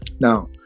Now